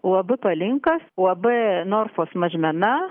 u a b palinkas u a b norfos mažmena